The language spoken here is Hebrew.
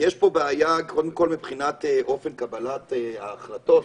יש פה בעיה קודם כול מבחינת אופן קבלת ההחלטות,